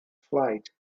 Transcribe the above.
flight